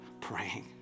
praying